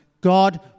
God